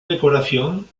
decoración